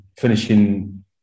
finishing